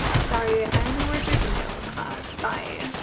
sorry i only work with the middle class. bye.